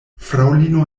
fraŭlino